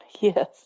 Yes